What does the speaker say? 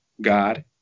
God